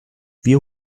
wir